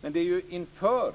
Men det är ju inför